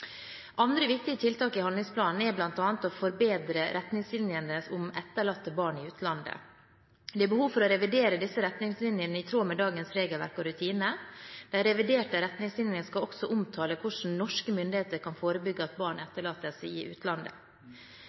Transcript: Andre viktige tiltak i handlingsplanen er bl.a. å forbedre retningslinjene om etterlatte barn i utlandet. Det er behov for å revidere disse retningslinjene i tråd med dagens regelverk og rutiner. De reviderte retningslinjene skal også omtale hvordan norske myndigheter kan forebygge at barn etterlates i utlandet.